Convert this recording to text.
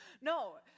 No